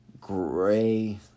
gray